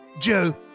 Joe